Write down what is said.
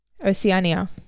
Oceania